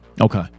Okay